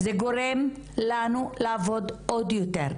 זה גורם לנו לעבוד עוד יותר.